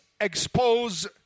expose